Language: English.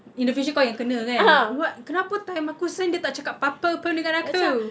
in the future kau yang kena kan what kenapa time aku sign dia tak cakap apa-apa pun dengan aku